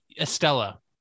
estella